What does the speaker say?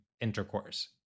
intercourse